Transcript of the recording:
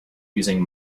using